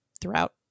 throughout